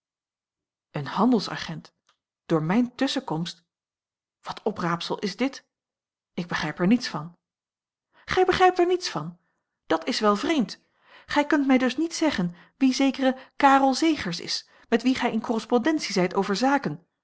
een handelsagent door mijne tusschenkomst wat opraapsel is dit ik begrijp er niets van gij begrijpt er niets van dat is wel vreemd gij kunt mij dus niet zeggen wie zekere karel zegers is met wien gij in a l g bosboom-toussaint langs een omweg correspondentie zijt over zaken